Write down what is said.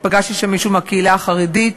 פגשתי שם מישהו מהקהילה החרדית,